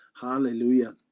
Hallelujah